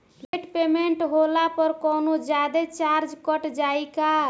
Late payment होला पर कौनोजादे चार्ज कट जायी का?